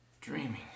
dreaming